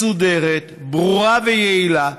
מסודרת, ברורה ויעילה,